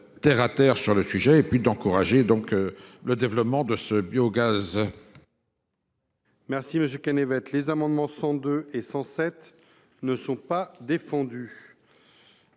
terre à terre sur le sujet et encourageons le développement de ce biogaz.